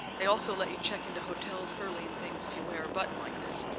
they also let you check into hotels early and things if you wear a button like this,